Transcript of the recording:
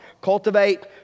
Cultivate